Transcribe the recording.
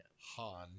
Han